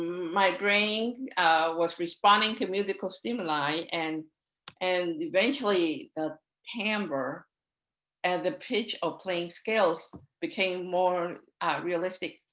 my brain was responding to musical stimuli and and eventually the timbre and the pitch of playing scales became more realistic.